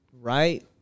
right